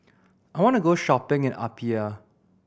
I want to go shopping in the Apia